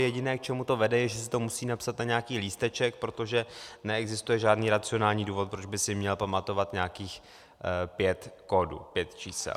Jediné, k čemu to vede, je, že si to musí napsat na nějaký lísteček, protože neexistuje žádný racionální důvod, proč by si měl pamatovat nějakých pět kódů, pět čísel.